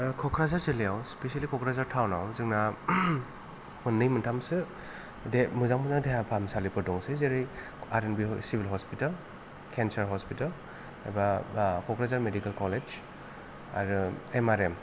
क'क्राझार जिल्लायाव स्पेसियेलि क'क्राझार टाउनाव जोंना मोननै मोनथामसो दे मोजां मोजां देहा फाहामसालिफोर दंसै जेरै R N B civil hospital cancer hospital एबा क'क्राझार मेडिकेल कलेज आरो एम आर एम